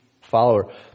follower